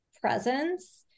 presence